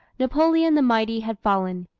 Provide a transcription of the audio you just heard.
napoleon the mighty had fallen.